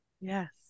Yes